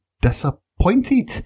disappointed